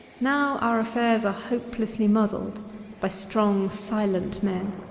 now our affairs are hopelessly muddled by strong, silent men.